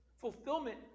Fulfillment